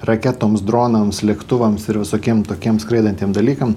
raketoms dronams lėktuvams ir visokiem tokiem skraidantiem dalykam